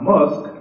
Musk